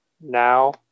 now